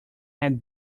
had